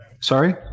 Sorry